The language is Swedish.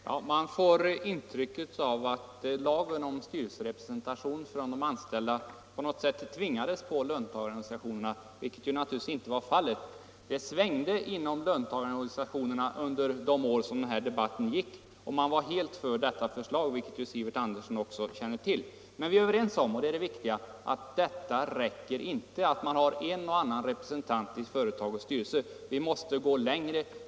Herr talman! Av herr Sivert Anderssons senaste inlägg får man intrycket att lagen om styrelserepresentation för de anställda på något sätt tvingades på löntagarorganisationerna. Så var naturligtvis inte fallet. Stämningen svängde inom löntagarorganisationerna under de år som debatten pågick, och organisationerna var helt för detta förslag, vilket ju herr Sivert Andersson också känner till. Men vi är överens om, och det är det viktiga, att det inte räcker med en och annan representant i företagens styrelser. Vi måste gå längre.